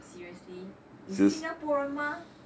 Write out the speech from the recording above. seriously 你是新加坡人吗